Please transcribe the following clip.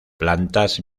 plantas